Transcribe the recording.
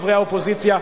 חברי האופוזיציה,